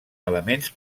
elements